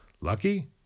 Lucky